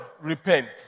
repent